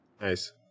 Nice